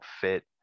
fit